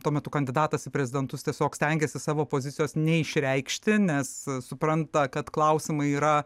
tuo metu kandidatas į prezidentus tiesiog stengėsi savo pozicijos neišreikšti nes supranta kad klausimai yra